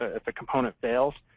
ah if a component fails,